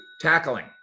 tackling